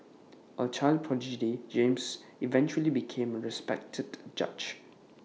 A child prodigy James eventually became A respected judge